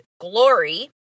Glory